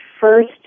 first